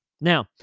Now